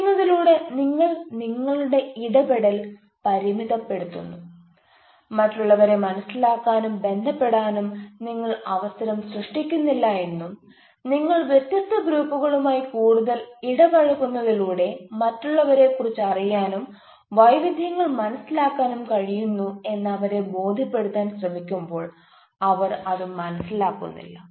ഇത് ചെയ്യുന്നതിലൂടെ നിങ്ങൾ നിങ്ങളുടെ ഇടപെടൽ പരിമിതപ്പെടുത്തുന്നു മറ്റുള്ളവരെ മനസിലാക്കാനും ബന്ധപ്പെടാനും നിങ്ങൾ അവസരം സൃഷ്ടിക്കുന്നില്ല എന്നും നിങ്ങൾ വ്യത്യസ്ത ഗ്രൂപ്പുകളുമായി കൂടുതൽ ഇടപഴകുന്നത്തിലൂടെ മറ്റുള്ളവരെക്കുറിച്ച് അറിയാനും വൈവിധ്യങ്ങൾ മനസിലാക്കാനും കഴിയുന്നു എന്ന് അവരെ ബോധ്യപ്പെടുത്താൻ ശ്രമിക്കുമ്പോൾ അവർ അത് മനസിലാക്കുന്നില്ല